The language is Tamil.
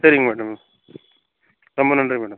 சரிங்க மேடம் ரொம்ப நன்றி மேடம்